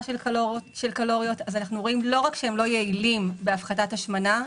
של קלוריות אנחנו רואים שלא רק שהם לא יעילים בהפחתת השמנה,